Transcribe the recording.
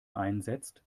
einsetzt